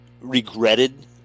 regretted